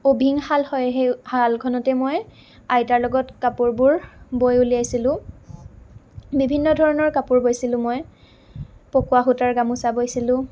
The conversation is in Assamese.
উইভিং শাল হয় সেই শালখনতে মই আইতাৰ লগত কাপোৰবোৰ বৈ উলিয়াইছিলোঁ বিভিন্ন ধৰণৰ কাপোৰ বৈছিলোঁ মই পকোৱা সূতাৰ গামোচা বৈছিলোঁ